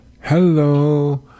Hello